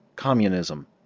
Communism